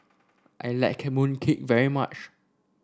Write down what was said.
I like mooncake very much